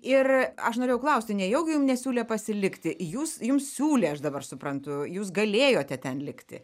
ir aš norėjau klausti nejaugi jum nesiūlė pasilikti jūs jum siūlė aš dabar suprantu jūs galėjote ten likti